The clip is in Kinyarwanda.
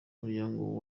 umuryango